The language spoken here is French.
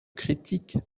critique